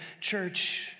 church